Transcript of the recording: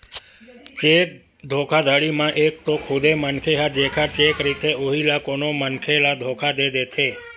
cheque धोखाघड़ी म एक तो खुदे मनखे ह जेखर चेक रहिथे उही ह कोनो मनखे ल धोखा दे देथे